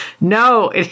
No